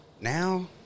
now